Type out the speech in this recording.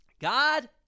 God